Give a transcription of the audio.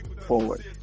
forward